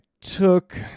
took